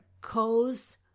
cause